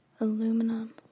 aluminum